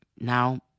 now